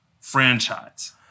franchise